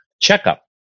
checkup